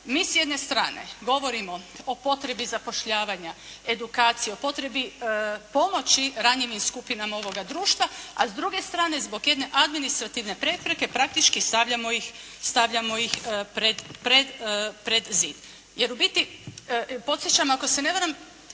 mi s jedne strane govorimo o potrebi zapošljavanja, edukaciji, o potrebi pomoći ranjenim skupinama ovoga društva, a s druge strane zbog jedne administrativne prepreke praktički stavljamo ih pred zid. Jer u biti, podsjećam ako se ne varam